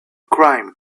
climbed